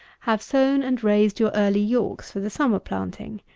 have sown and raised your early yorks for the summer planting.